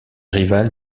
rival